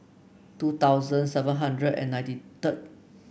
two thousand seven hundred and ninety thrird